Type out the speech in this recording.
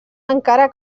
encara